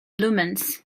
lumens